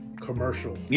commercial